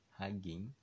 hugging